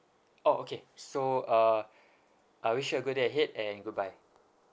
oh okay so uh I wish you a good day ahead and goodbye